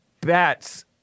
bats